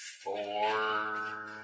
four